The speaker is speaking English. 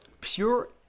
pure